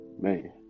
man